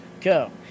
go